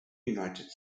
united